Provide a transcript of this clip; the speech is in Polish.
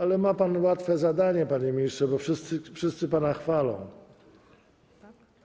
Ale ma pan łatwe zadanie, panie ministrze, bo wszyscy pana chwalą,